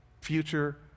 Future